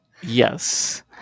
Yes